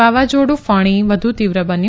વાવાઝોડુ ફણી વધુ તીવ્ર બન્યું